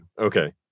Okay